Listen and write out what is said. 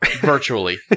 virtually